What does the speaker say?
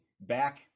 back